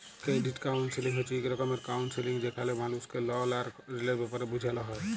credit counselling হছে ইক রকমের কাউলসেলিংযেখালে মালুসকে লল আর ঋলের ব্যাপারে বুঝাল হ্যয়